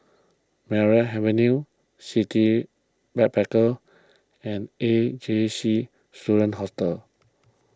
Merryn Avenue City Backpackers and A J C Student Hostel